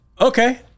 okay